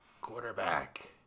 Quarterback